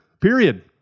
period